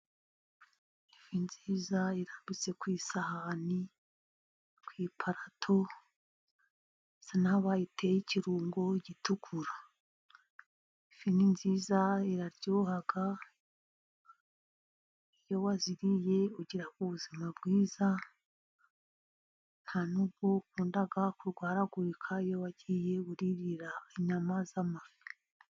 Ifi nziza irambitse ku isahani, ku iparato, isa n'aho bayiteye ikirungo gitukura. Ifi ni nziza, iraryoha, iyo waziriye ugira ubuzima bwiza, nta n'ubwo ukunda kurwaragurika iyo wagiye wirira inyama z'amafi.